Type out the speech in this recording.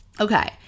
Okay